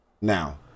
now